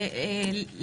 אתם יכולים להתייחס,